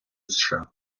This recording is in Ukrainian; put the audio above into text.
сша